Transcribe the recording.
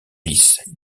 lisse